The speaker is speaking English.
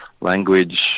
language